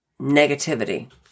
negativity